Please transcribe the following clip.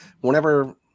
whenever